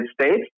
States